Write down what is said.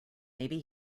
maybe